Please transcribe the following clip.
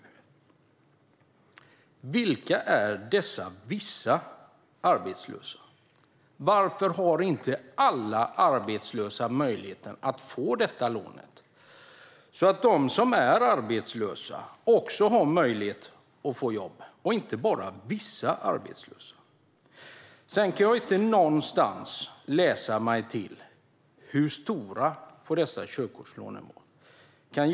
Vilka är dessa vissa arbetslösa? Varför har inte alla arbetslösa möjlighet att få detta lån så att de arbetslösa kan få jobb - inte bara vissa arbetslösa. Jag kan inte någonstans läsa mig till hur stora dessa körkortslån får vara.